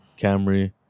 Camry